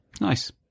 Nice